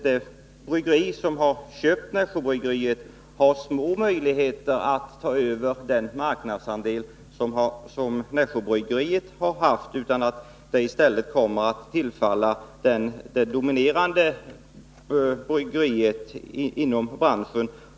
Det bryggeri som har köpt Nässjöbryggeriet har små möjligheter att ta över den marknadsandel som Nässjöbryggeriet har haft, varför det är troligt att den kommer att tillfalla det dominerande bryggeriet inom branschen.